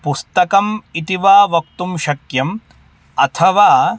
पुस्तकम् इति वा वक्तुं शक्यम् अथवा